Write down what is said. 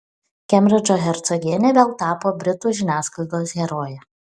kembridžo hercogienė vėl tapo britų žiniasklaidos heroje